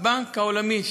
הבנק העולמי,